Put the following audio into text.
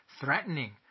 threatening